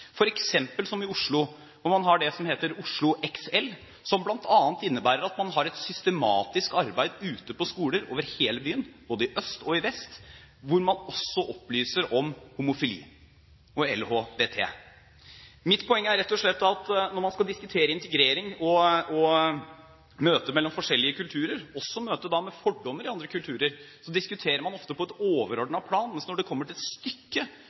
som i Oslo, hvor man har det som heter Oslo Extra Large, som bl.a. innebærer at man har et systematisk arbeid ute på skoler over hele byen, både i øst og i vest, hvor man også opplyser om homofili og LHBT. Mitt poeng er rett og slett at når man skal diskutere integrering og møtet mellom forskjellige kulturer, også møtet med fordommer i andre kulturer, diskuterer man ofte på et overordnet plan. Men når det kommer til